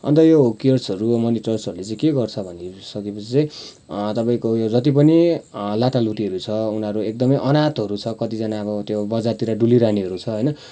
अन्त यो हू केयर्सहरू मनी ट्रस्टहरूले चाहिँ के गर्छ भनेपछि चाहिँ तपाईँको जतिपनि लाटा लुटीहरू छ उनीरहरू एकदमै अनाथहरू छ कतिजना अब त्यो बजारतिर डुलीरहनेहरू छ होइन